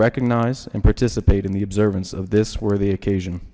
recognize and participate in the observance of this worthy occasion